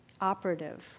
operative